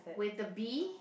with the bee